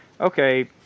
okay